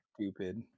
Stupid